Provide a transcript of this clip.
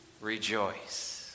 rejoice